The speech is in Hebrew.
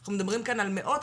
אנחנו מדברים כאן על מאות?